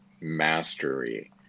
mastery